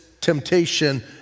temptation